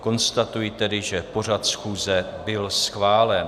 Konstatuji tedy, že pořad schůze byl schválen.